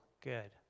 good